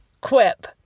Quip